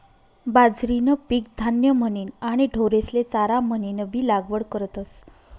बाजरीनं पीक धान्य म्हनीन आणि ढोरेस्ले चारा म्हनीनबी लागवड करतस